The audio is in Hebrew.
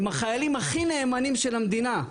הם גם החיילים הכי נאמנים של המדינה.